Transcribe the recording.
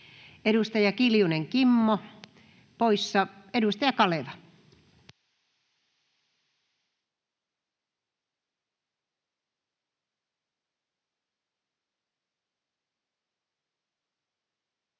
Edustaja Kiljunen, Kimmo poissa. — Edustaja Kaleva.